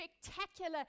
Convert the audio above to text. spectacular